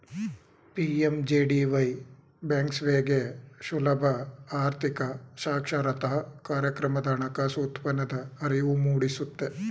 PMJDY ಬ್ಯಾಂಕ್ಸೇವೆಗೆ ಸುಲಭ ಆರ್ಥಿಕ ಸಾಕ್ಷರತಾ ಕಾರ್ಯಕ್ರಮದ ಹಣಕಾಸು ಉತ್ಪನ್ನದ ಅರಿವು ಮೂಡಿಸುತ್ತೆ